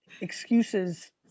excuses